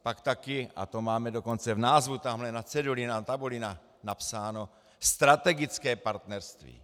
Pak také, a to máme dokonce v názvu tamhle na ceduli, na tabuli napsáno, strategické partnerství.